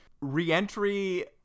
re-entry